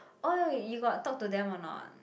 oh you got talk to them or not